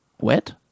wet